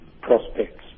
prospects